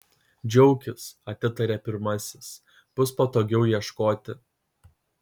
džiaukis atitarė pirmasis bus patogiau ieškoti